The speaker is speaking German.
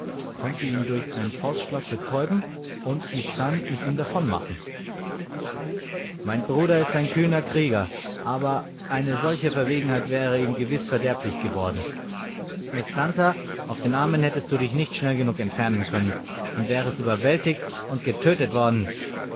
konnte ihn durch einen faustschlag betäuben und mich dann mit ihm davonmachen mein bruder ist ein kühner krieger aber eine solche verwegenheit wäre ihm gewiß verderblich geworden mit santer auf den armen hättest du dich nicht schnell genug entfernen können und wärest überwältigt und getötet worden